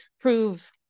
prove